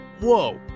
whoa